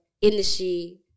Industry